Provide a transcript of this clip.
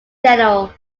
general